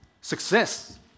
success